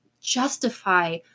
justify